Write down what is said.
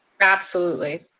absolutely.